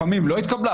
לפעמים לא התקבלה.